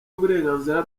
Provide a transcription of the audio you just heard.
y’uburenganzira